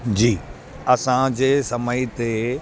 जी असांजे समय ते